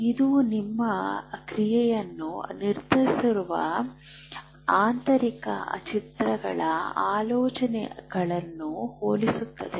ಇದು ನಿಮ್ಮ ಕ್ರಿಯೆಯನ್ನು ನಿರ್ಧರಿಸುವ ಆಂತರಿಕ ಚಿತ್ರಗಳ ಆಲೋಚನೆಗಳನ್ನು ಹೋಲಿಸುತ್ತದೆ